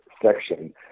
section